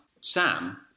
Sam